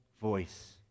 voice